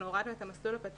אנחנו הורדנו את המסלול הפתוח.